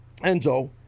Enzo